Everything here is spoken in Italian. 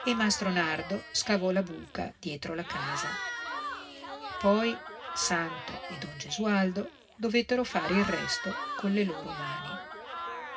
e mastro nardo scavò la buca dietro la casa poi santo e don gesualdo dovettero fare il resto colle loro mani